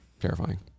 terrifying